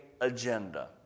agenda